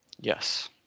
Yes